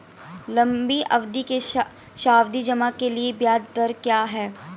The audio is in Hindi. लंबी अवधि के सावधि जमा के लिए ब्याज दर क्या है?